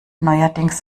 neuerdings